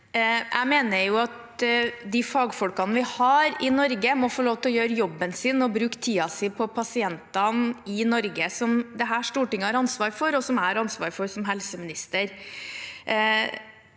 Jeg mener at de fagfolkene vi har i Norge, må få lov til å gjøre jobben sin og bruke tiden sin på pasientene i Norge – som dette Stortinget har ansvar for, og som jeg har ansvar for som helseminister.